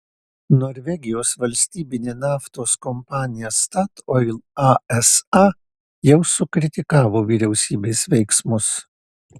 norvegijos valstybinė naftos kompanija statoil asa jau sukritikavo vyriausybės veiksmus